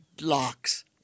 locks